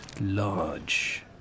large